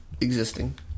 Existing